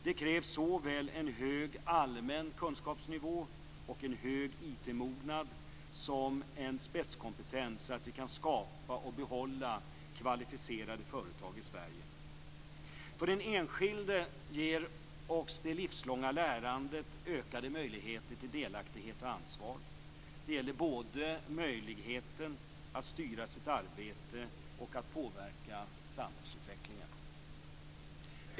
Det krävs såväl en hög allmän kunskapsnivå och en hög IT-mognad som en spetskompetens, så att vi kan skapa och behålla kvalificerade företag i Sverige. För den enskilde ger också det livslånga lärandet ökade möjligheter till delaktighet och ansvar. Det gäller både möjligheten att styra sitt arbete och att påverka samhällsutvecklingen.